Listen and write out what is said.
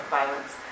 violence